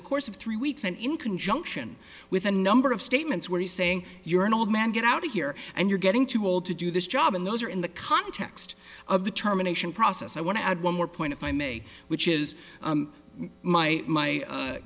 the course of three weeks and in conjunction with a number of statements where he's saying you're an old man get out of here and you're getting too old to do this job and those are in the context of the terminations process i want to add one more point if i may which is my my